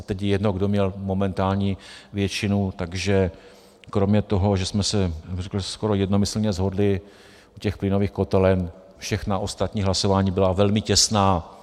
A teď je jedno, kdo měl momentální většinu, takže kromě toho, že jsme se, řekl bych skoro jednomyslně, shodli u těch plynových kotelen, všechna ostatní hlasování byla velmi těsná.